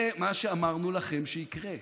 זה מה שאמרנו לכם שיקרה.